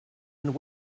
and